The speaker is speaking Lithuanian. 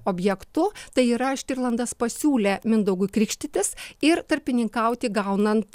objektu tai yra štirlandas pasiūlė mindaugui krikštytis ir tarpininkauti gaunant